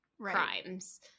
crimes